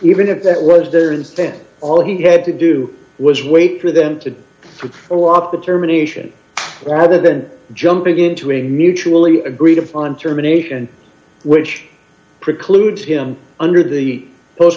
even if that was their instead all he had to do was wait for them to or up the germination rather than jumping into a mutually agreed upon terminate and which precludes him under the post